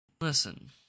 listen